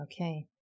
Okay